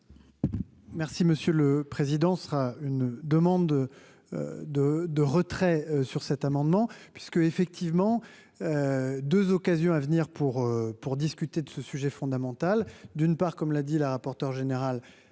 Merci Monsieur le Président sera une demande de de retrait sur cet amendement, puisque effectivement 2 occasions à venir pour pour discuter de ce sujet fondamental d'une part, comme l'a dit, la rapporteure générale